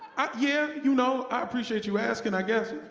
yeah, you know i appreciate you asking. i guess,